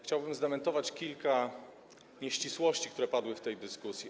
Chciałbym zdementować kilka nieścisłości, które padły w tej dyskusji.